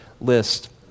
list